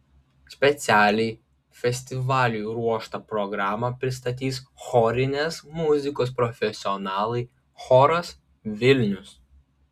specialiai festivaliui ruoštą programą pristatys chorinės muzikos profesionalai choras vilnius